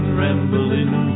rambling